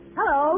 Hello